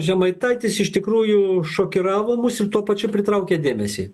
žemaitaitis iš tikrųjų šokiravo mus ir tuo pačiu pritraukė dėmesį